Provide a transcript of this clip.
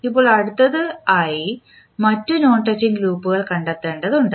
ഇപ്പോൾ അടുത്തതായി മറ്റ് നോൺ ടച്ചിംഗ് ലൂപ്പുകൾ കണ്ടെത്തേണ്ടതുണ്ട്